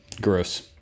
gross